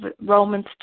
Romans